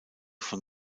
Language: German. von